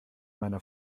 meiner